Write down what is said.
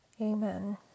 amen